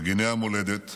מגיני המולדת,